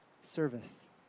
Service